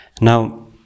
Now